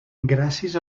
gràcies